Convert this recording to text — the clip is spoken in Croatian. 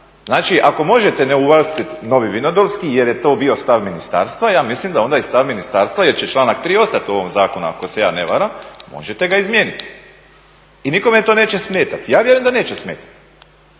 Znači, ako možete ne uvrstiti Novi vinodolski jer je to bio stav ministarstva ja mislim da onda i stav ministarstva jer će članak 3. ostati u ovom zakonu ako se ja ne varam možete ga izmijeniti. I nikome to neće smetati, ja vjerujem da neće smetati